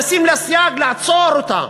או לשים לה סייג, לעצור אותה,